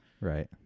right